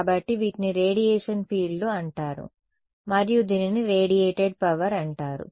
కాబట్టి వీటిని రేడియేషన్ ఫీల్డ్లు అంటారు మరియు దీనిని రేడియేటెడ్ పవర్ అంటారు